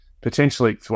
potentially